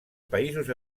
països